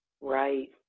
Right